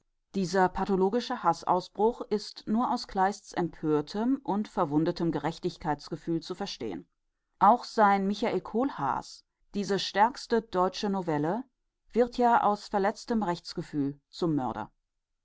dieser pathologische haßausbruch ist nur aus kleist's empörten und verwundetem gerechtigkeitsgefühl zu verstehen auch sein michael kohlhaas der held der gewaltigsten deutschen novelle wird aus verletztem rechtsgefühl zum mörder